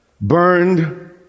burned